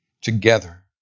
together